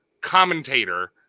commentator